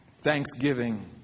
Thanksgiving